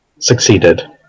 succeeded